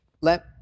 Let